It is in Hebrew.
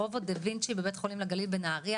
רובוט דה וינצ'י בבית ולים הגליל בנהריה,